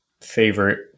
favorite